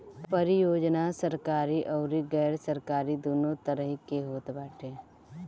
परियोजना सरकारी अउरी गैर सरकारी दूनो तरही के होत बाटे